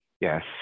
Yes